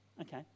Okay